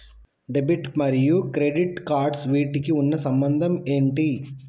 Debit మరియు credit cards వీటికి ఉన్న సంబంధం ఏంటి?